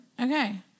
Okay